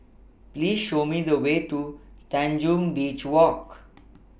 Please Show Me The Way to Tanjong Beach Walk